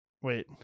Wait